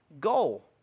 goal